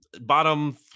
bottom